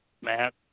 Matt